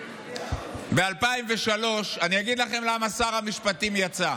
אני אגיד לכם למה שר המשפטים יצא.